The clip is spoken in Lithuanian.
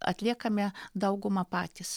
atliekame daugumą patys